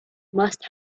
must